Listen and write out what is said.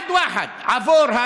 (אומר בערבית: אחד-אחד),